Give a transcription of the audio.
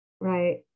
Right